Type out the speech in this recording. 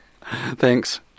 Thanks